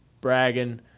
bragging